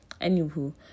Anywho